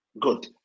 Good